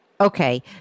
Okay